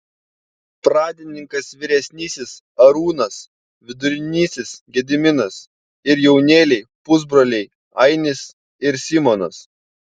pradininkas vyresnysis arūnas vidurinysis gediminas ir jaunėliai pusbroliai ainis ir simonas